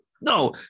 no